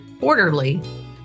orderly